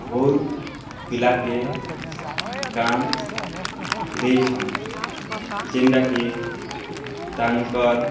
ବହୁତ ପିଲାକେ କାମ୍ ଦେଇଛନ୍ ଜେନ୍ଟାକି ତାଙ୍କର୍